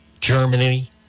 Germany